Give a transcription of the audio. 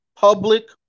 Public